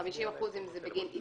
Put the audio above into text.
ו-50% אם זה בגין אי-תיקוף.